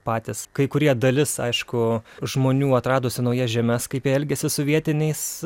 patys kai kurie dalis aišku žmonių atradusių naujas žemes kaip jie elgėsi su vietiniais